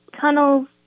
tunnels